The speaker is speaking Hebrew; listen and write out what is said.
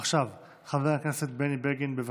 עכשיו חבר הכנסת בני בגין, בבקשה,